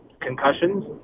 concussions